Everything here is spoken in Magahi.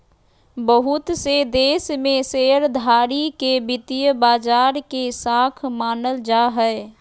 बहुत से देश में शेयरधारी के वित्तीय बाजार के शाख मानल जा हय